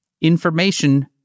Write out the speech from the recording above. Information